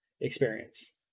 experience